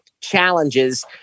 challenges